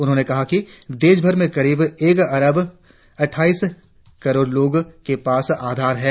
उन्होंने कहा कि देशभर में करीब एक अरब अटठाईस करोड़ लोगों के पास आधार कार्ड है